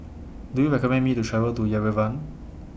Do YOU recommend Me to travel to Yerevan